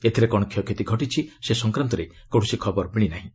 ଏଥିରେ କ'ଣ କ୍ଷୟକ୍ଷତି ଘଟିଛି ସେ ସଂକ୍ରାନ୍ତରେ କୌଣସି ଖବର ମିଳି ନାହିଁ